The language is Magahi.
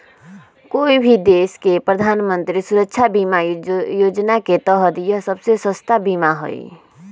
कोई भी देश के प्रधानमंत्री सुरक्षा बीमा योजना के तहत यह सबसे सस्ता बीमा हई